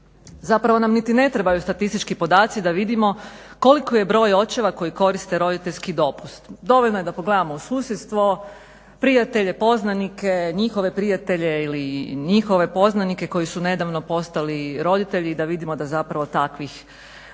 Zapravo nam niti ne trebaju statistički podaci da vidimo koliki je broj očeva koji koriste roditeljski dopust. Dovoljno je da pogledamo u susjedstvo, prijatelje, poznanike, njihove prijatelje ili njihove poznanike koji su nedavno postali roditelji i da vidimo da zapravo takvih gotovo